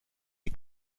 die